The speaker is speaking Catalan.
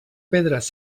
pedres